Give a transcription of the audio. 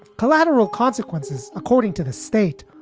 collateral consequences, according to the state,